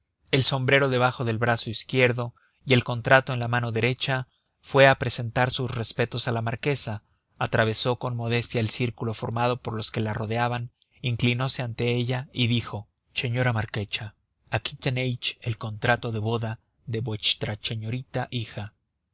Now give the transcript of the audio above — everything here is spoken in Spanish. el sombrero debajo del brazo izquierdo y el contrato en la mano derecha fue a presentar sus respetos a la marquesa atravesó con modestia el círculo formado por los que la rodeaban inclinose ante ella y le dijo cheñora marquecha aquí teneich el contrato de boda de vuechtra cheñorita hija